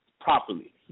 properly